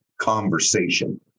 conversation